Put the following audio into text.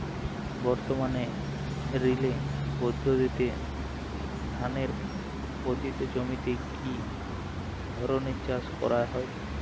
বর্তমানে রিলে পদ্ধতিতে ধানের পতিত জমিতে কী ধরনের চাষ করা হয়?